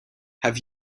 have